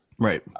Right